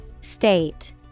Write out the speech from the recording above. State